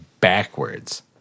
backwards